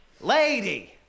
Lady